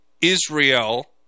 Israel